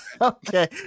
Okay